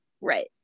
right